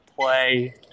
play